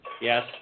Yes